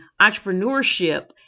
entrepreneurship